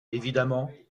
évidemment